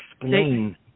explain